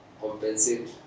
compensate